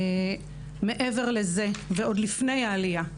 מעבר לזה ועוד לפני העלייה,